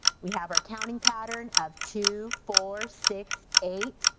we have our counting pattern of two, four, six, eight,